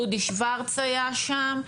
דודי שוורץ היה שם.